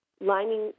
lining